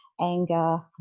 anger